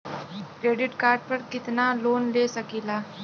Credit card पर कितनालोन ले सकीला?